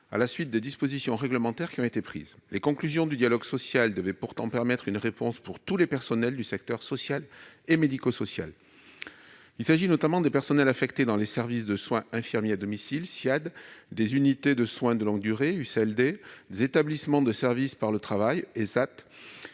à la suite des dispositions réglementaires qui ont été prises. Les conclusions du dialogue social devaient pourtant apporter une réponse pour tous les personnels du secteur social et médico-social. Ce sont notamment les personnels affectés dans les services de soins infirmiers à domicile (Ssiad), les unités de soins de longue durée (USLD), les établissements et services d'aide par le travail (ÉSAT).